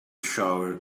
shower